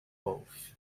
growth